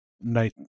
night